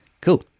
Cool